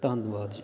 ਧੰਨਵਾਦ ਜੀ